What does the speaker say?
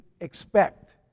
expect